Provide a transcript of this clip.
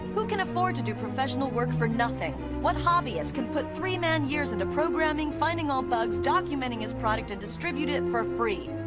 who can afford to do professional work for nothing what hobbyist can put three man years into programming, finding all bugs, documenting his product and distribute it for free?